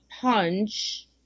punch